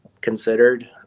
considered